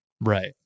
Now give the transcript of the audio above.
right